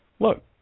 Look